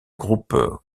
groupe